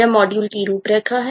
यह मॉड्यूल की रूपरेखा है